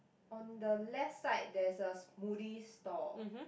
on the left side there's a Moody's store